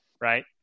right